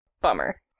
Bummer